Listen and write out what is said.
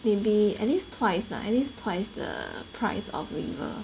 maybe at least twice lah at least twice the price of river